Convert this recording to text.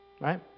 right